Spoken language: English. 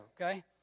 okay